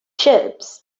ships